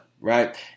Right